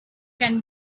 can